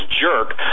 jerk